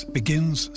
begins